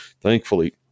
thankfully